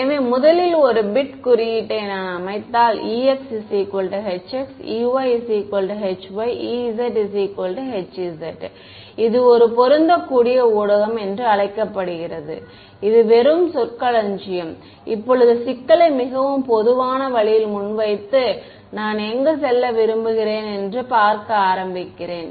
எனவே முதலில் ஒரு பிட் குறியீட்டை நான் அமைத்தால் ex hx ey hy ez hz இது ஒரு பொருந்தக்கூடிய ஊடகம் என்று அழைக்கப்படுகிறது இது வெறும் சொற்களஞ்சியம் இப்போது சிக்கலை மிகவும் பொதுவான வழியில் முன்வைத்து நான் எங்கு செல்ல விரும்புகிறேன் என்று பார்க்க ஆரம்பிக்கிறேன்